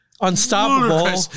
unstoppable